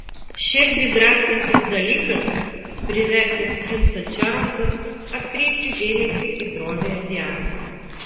širdį draskantis dalykas privertęs princą čarlzą atkreipti dėmesį į droviąją dianą